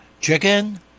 chicken